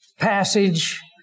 passage